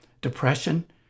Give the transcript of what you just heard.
depression